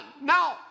Now